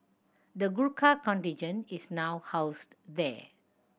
the Gurkha contingent is now housed there